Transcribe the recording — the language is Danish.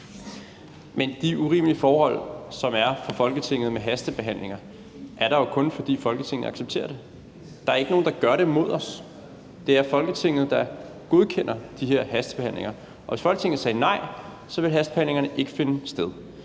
Men de urimelige forhold, der er for Folketinget med hensyn til hastebehandlinger, er der jo kun, fordi Folketinget accepterer det. Der er ikke nogen, der gør det mod os. Det er Folketinget, der godkender de her hastebehandlinger, og hvis Folketinget sagde nej, ville hastebehandlingerne ikke finde sted.